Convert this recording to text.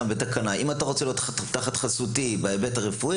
בתקנה: אם אתה רוצה להיות תחת חסותי בהיבט הרפואי,